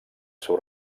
seu